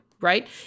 right